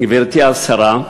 גברתי השרה,